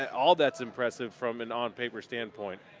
all that's impressive from an on paper standpoint.